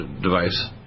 device